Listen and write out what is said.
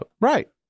Right